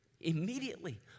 immediately